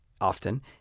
often